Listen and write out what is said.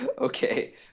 okay